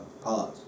Pause